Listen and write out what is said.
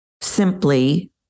simply